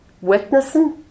witnessing